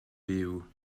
byw